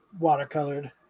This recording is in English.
Watercolored